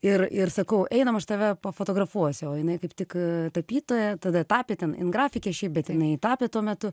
ir ir sakau einam aš tave pafotografuosiu o jinai kaip tik tapytoja tada tapė ten jin grafikė šiaip bet jinai tapė tuo metu